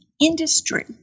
industry